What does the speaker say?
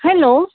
hello